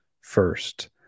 first